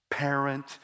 parent